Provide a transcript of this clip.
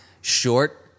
Short